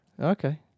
Okay